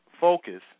focus